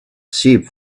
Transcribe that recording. sheep